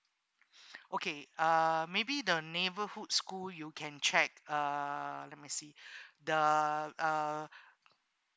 okay uh maybe the neighbourhood school you can check uh let me see the uh